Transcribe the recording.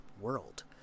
world